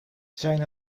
zijn